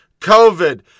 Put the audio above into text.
COVID